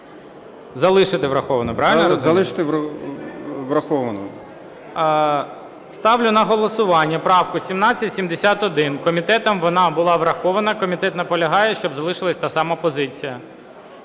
Залишити врахованою. ГОЛОВУЮЧИЙ. Ставлю на голосування правку 1771. Комітетом вона була врахована, комітет наполягає, щоб залишилась та сама позиція.